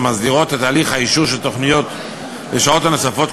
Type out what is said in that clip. המסדירות את הליך האישור של תוכניות לשעות הנוספות,